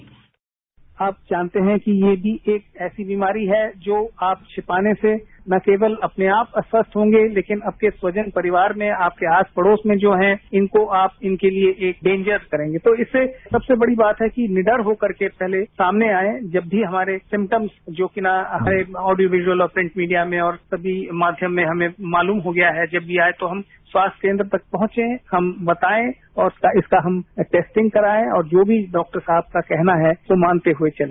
bite आप जानते है कि ये भी एक ऐसी बीमारी है जो आप छिपाने से न केवल अपने आप अस्वस्थ होंगे लेकिन आपके स्वजन परिवार में आपके आस पड़ोस में जो है इनको आप इनके लिए एक डेन्जर्स करेंगे तो इससे सबसे बड़ी बात है कि निडर होकर के सामने आए जब भी हमारे सिमटम्स जो कि ऑडियो विज़ुअल प्रिंट मीडिया में और सभी माध्यम में हमें मालूम हो गया है कि जब ये आये तो हम स्वास्थ्य केन्द्र तक पहुंचे हम बताए और इसका हम टैस्टिंग कराए और जो भी डॉक्टर साहब का कहना है वो मानते हुए चले